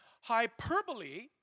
Hyperbole